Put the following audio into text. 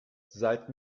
seit